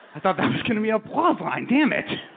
i thought that was gonna be applause line, dammit.